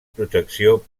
protecció